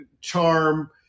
charm